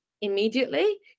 immediately